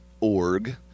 org